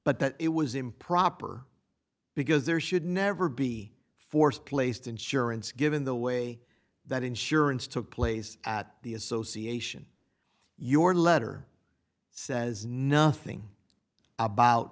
but that it was improper because there should never be forced placed insurance given the way that insurance took place at the association your letter says nothing about